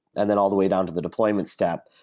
and then all the way down to the deployment step.